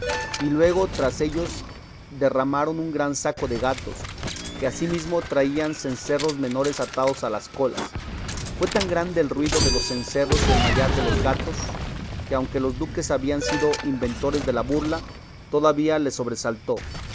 y luego tras ellos derramaron un gran saco de gatos que asimismo traían cencerros menores atados a las colas fue tan grande el ruido de los cencerros y el mayar de los gatos que aunque los duques habían sido inventores de la burla todavía les sobresaltó